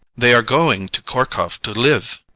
they are going to kharkoff to live.